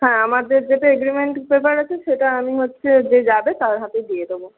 হ্যাঁ আমাদের যেটা এগ্রিমেন্ট পেপার আছে সেটা আমি হচ্ছে যে যাবে তার হাতে দিয়ে দেবো